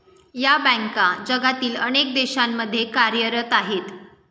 या बँका जगातील अनेक देशांमध्ये कार्यरत आहेत